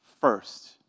first